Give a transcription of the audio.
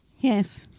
Yes